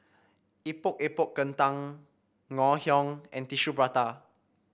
Epok Epok Kentang Ngoh Hiang and Tissue Prata